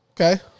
Okay